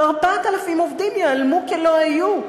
ו-4,000 עובדים ייעלמו כלא היו.